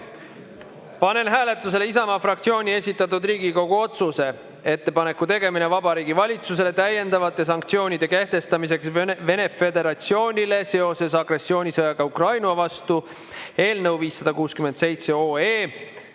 panen hääletusele Isamaa fraktsiooni esitatud Riigikogu otsuse "Ettepaneku tegemine Vabariigi Valitsusele täiendavate sanktsioonide kehtestamiseks Vene Föderatsioonile seoses agressioonisõjaga Ukraina vastu" eelnõu (567 OE)